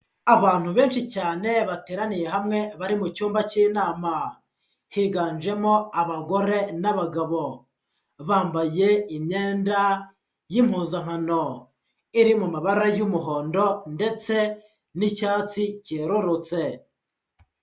Abantu benshi cyane bateraniye hamwe bari mu cyumba cy'inama, higanjemo abagore n'abagabo, bambaye imyenda y'impuzankano iri mu mabara y'umuhondo ndetse n'icyatsi cyerurutse.